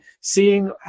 seeing